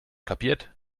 kapiert